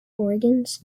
organs